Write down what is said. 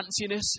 fanciness